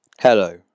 Hello